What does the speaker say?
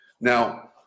Now